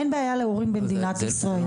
אין בעיה להורים במדינת ישראל.